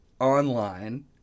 online